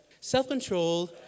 Self-control